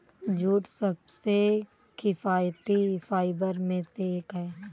jute सबसे किफायती fibre में से एक है